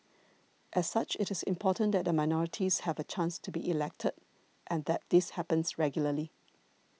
as such it is important that the minorities have a chance to be elected and that this happens regularly